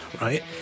right